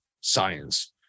science